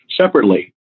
Separately